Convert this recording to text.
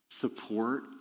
support